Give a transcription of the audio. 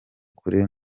kuri